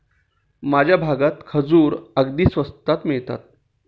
माझ्या भागात खजूर अगदी स्वस्तात मिळतात